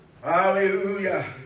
Hallelujah